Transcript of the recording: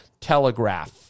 Telegraph